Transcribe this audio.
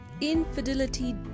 Infidelity